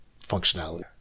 functionality